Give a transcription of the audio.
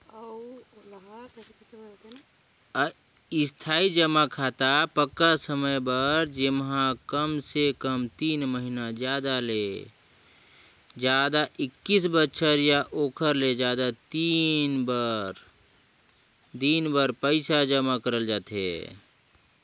इस्थाई जमा खाता पक्का समय बर जेम्हा कमसे कम तीन महिना जादा ले जादा एक्कीस बछर या ओखर ले जादा दिन बर पइसा जमा करल जाथे